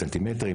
בסנטימטרים?